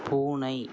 பூனை